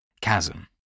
Chasm